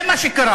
זה מה שקרה.